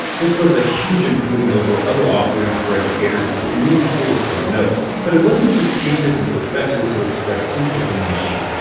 this was a huge improvement over other offerings for educators, and many schools took note. but it wasn't just teachers and professors who expressed interest in the machine.